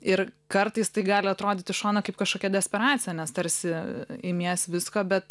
ir kartais tai gali atrodyt iš šono kaip kažkokia desperacija nes tarsi imies visko bet